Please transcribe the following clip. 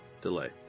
delay